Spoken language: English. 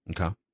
Okay